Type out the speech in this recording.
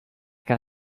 can